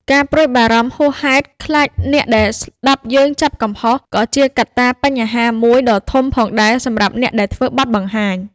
ការព្រួយបារម្ភហួសហេតុខ្លាចអ្នកដែលស្តាប់យើងចាប់កំហុស ក៏ជាកត្តាបញ្ហាមួយដ៏ធំផងដែរសម្រាប់អ្នកដែលធ្វើបទបង្ហាញ។